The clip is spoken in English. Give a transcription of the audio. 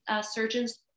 surgeons